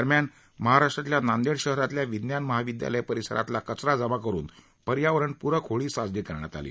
दरम्यान महाराष्ट्रातल्या नांदेड शहरातल्या विज्ञान महाविद्यालयात परिसरातला कचरा जमा करून पर्यावरणपूरक होळी साजरी करण्यात आली